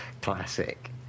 Classic